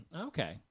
Okay